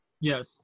Yes